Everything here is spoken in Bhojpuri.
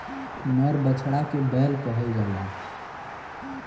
नर बछड़ा के बैल कहल जाला